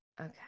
okay